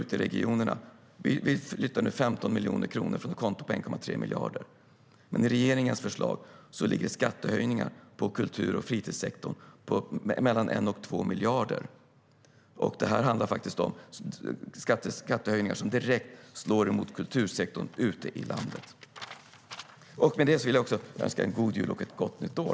Vi flyttar nu 15 miljoner kronor från ett konto på 1,3 miljarder. Men i regeringens förslag ligger skattehöjningar på kultur och fritidssektorn på mellan 1 och 2 miljarder. Det handlar faktiskt om skattehöjningar som direkt slår emot kultursektorn ute i landet. Jag önskar god jul och gott nytt år.